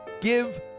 give